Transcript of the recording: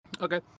Okay